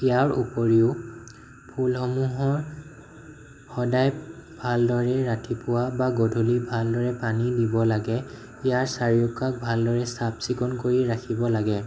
ইয়াৰ ওপৰিও ফুলসমূহৰ সদায় ভালদৰে ৰাতিপুৱা বা গধূলি ভালদৰে পানী দিব লাগে ইয়াৰ চাৰিওকাষ ভালদৰে চাফ চিকুণ কৰি ৰাখিব লাগে